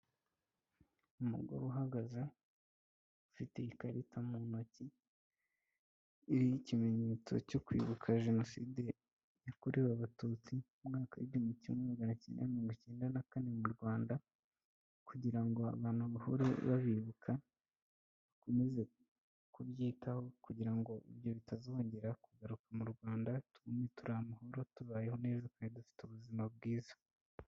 Umugore uhagaze afite ikarita mu ntoki iriho ikimenyetso cyo kwibuka jenoside yakorewe Abatutsi mumwaka w'igihumbi magana cyenda na mirongo icyenda na kane mu Rwanda kugira ngo abantu bahore babibuka bakomeze kubyitaho kugira ngo ibyo bitazongera kugaruka mu Rwanda turi amahoro tubayeho neza kandi dufite ubuzima bwiza.